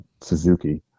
Suzuki